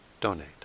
donate